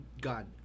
god